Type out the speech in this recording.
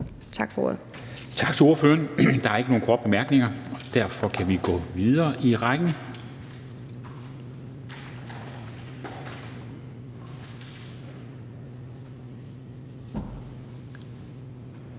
Tak for ordet.